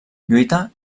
lluita